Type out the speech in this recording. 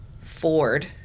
Ford